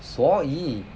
所以